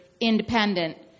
independent